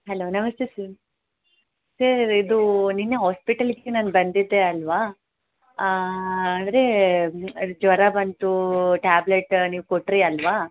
hello ನಮಸ್ತೆ sir sir ಇದು ನೆನ್ನೆ ಹಾಸ್ಪಿಟಲಿಗೆ ನಾನು ಬಂದಿದ್ದೆ ಅಲ್ವ ಅಂದರೆ ಜ್ವರ ಬಂತೂ ಟ್ಯಾಬ್ಲೆಟ್ ನೀವು ಕೊಟ್ರಿ ಅಲ್ವಾ